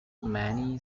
many